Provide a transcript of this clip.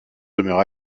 demeure